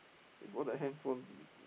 with all the handphone